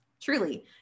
truly